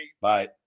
Bye